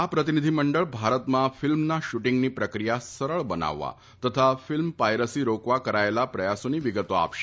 આ પ્રતિનિધીમંડળ ભારતમાં ફિલ્મના શુટીંગની પ્રક્રિયા સરળ બનાવવા તથા ફિલ્મ પાયરસી રોકવા કરાયેલા પ્રયાસોની વિગતો આપશે